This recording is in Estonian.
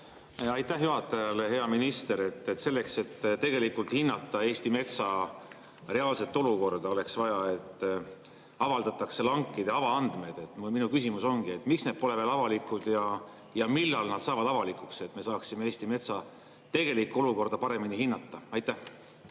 Aitäh juhatajale! Hea minister! Selleks et tegelikult hinnata Eesti metsa reaalset olukorda, oleks vaja, et avaldatakse lankide avaandmed. Minu küsimus ongi see: miks need pole veel avalikud ja millal nad saavad avalikuks, et me saaksime Eesti metsa tegelikku olukorda paremini hinnata? Aitäh!